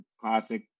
classic